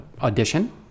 audition